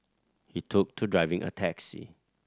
he took to driving a taxi